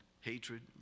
hatred